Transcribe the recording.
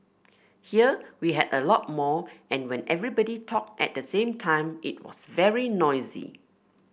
here we had a lot more and when everybody talked at the same time it was very noisy